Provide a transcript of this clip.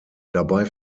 dabei